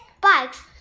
bikes